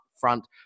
front